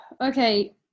Okay